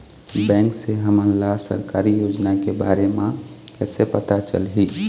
Bank से हमन ला सरकारी योजना के बारे मे कैसे पता चलही?